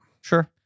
Sure